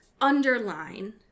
underline